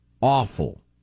awful